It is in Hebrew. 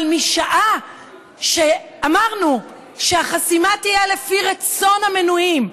אבל משעה שאמרנו שהחסימה תהיה לפי רצון המנויים,